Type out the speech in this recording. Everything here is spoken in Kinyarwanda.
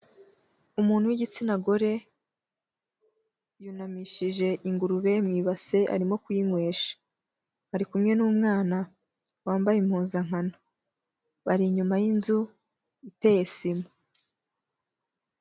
Umuntu w'igitsina gore, yunamishije ingurube mu ibase arimo kuyinywesha. Ari kumwe n'umwana wambaye impuzankano, bari inyuma y'inzu iteye sima.